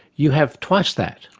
you have twice that,